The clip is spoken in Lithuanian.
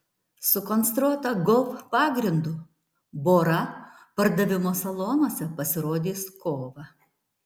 sukonstruota golf pagrindu bora pardavimo salonuose pasirodys kovą